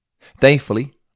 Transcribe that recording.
Thankfully